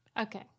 Okay